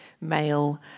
male